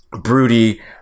broody